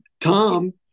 Tom